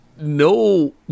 no